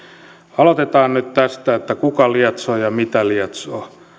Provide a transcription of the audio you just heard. aloitetaan nyt tästä että kuka lietsoo ja mitä lietsoo